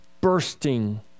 bursting